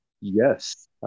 Yes